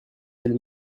elles